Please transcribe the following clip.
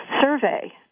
survey